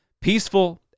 peaceful